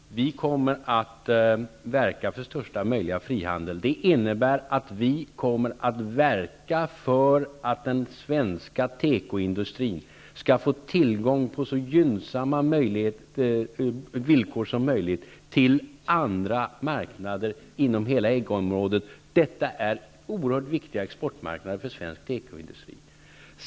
Fru talman! Vi kommer att verka för största möjliga frihandel. Det innebär att vi kommer att verka för att den svenska tekoindustrin, på så gynnsamma villkor som möjligt, skall få tillgång till andra marknader inom hela EG-området. Det är oerhört viktiga exportmarknader för svensk tekoindustri.